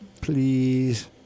please